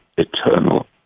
eternal